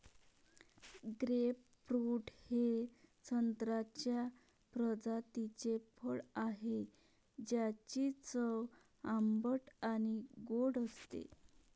grapefruit हे संत्र्याच्या प्रजातीचे फळ आहे, ज्याची चव आंबट आणि गोड असते